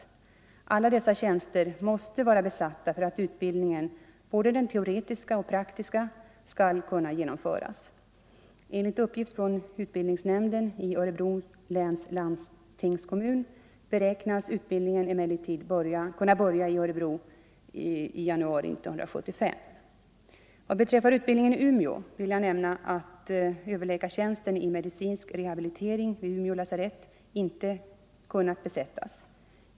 Alla dessa tjänster måste vara besatta för att utbildningen, både den teoretiska och praktiska, skall kunna genomföras. Enligt uppgift från utbildningsnämnden i Örebro läns landstingskommun beräknas utbildningen emellertid kunna börja i Örebro i januari 1975. Vad beträffar utbildningen i Umeå vill jag nämna att överläkartjänsten i medicinsk rehabilitering vid Umeå lasarett inte kunnat besättas.